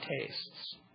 tastes